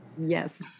Yes